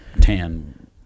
tan